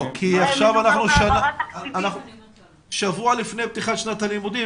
כי עכשיו אנחנו שבוע לפני פתיחת שנת הלימודים,